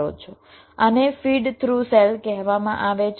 આને feed through cell કહેવામાં આવે છે